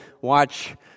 watch